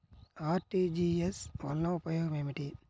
RTGS వలన ఉపయోగం ఏమిటీ?